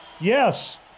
Yes